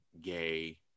gay